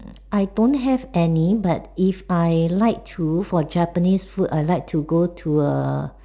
I don't have any but if I like to for Japanese food I like to go to a